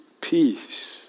peace